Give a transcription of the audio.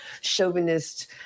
chauvinist